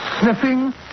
sniffing